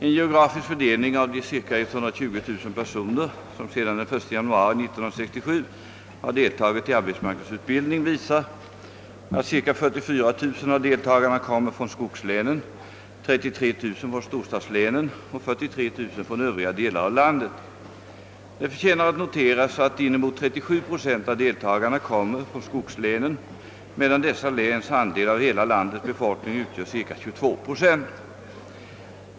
En geografisk fördelning av de cirka 120 000 personer som sedan den 1 januari 1967 har deltagit i arbetsmarknadsutbildning visar att cirka 44 000 av deltagarna kommer från skogslänen, 33 000 från storstadslänen och 43 000 från övriga delar av landet. Det förtjänar noteras att inemot 37 procent av deltagarna kommer från skogslänen, medan dessa läns andel av hela landets befolkning utgör cirka 22 procent.